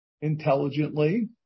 intelligently